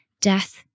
Death